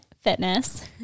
Fitness